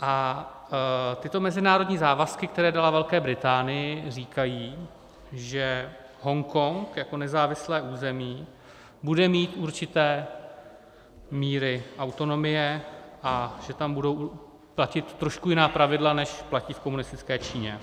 A tyto mezinárodní závazky, které dala Velké Británii, říkají, že Hongkong jako nezávislé území bude mít určité míry autonomie a že tam budou platit trošku jiná pravidla, než platí v komunistické Číně.